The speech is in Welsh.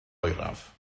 oeraf